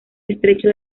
estrecho